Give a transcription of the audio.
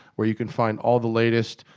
where you can find all the latest.